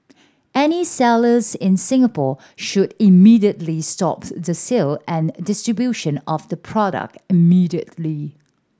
any sellers in Singapore should immediately stop the sale and distribution of the product immediately